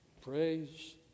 praise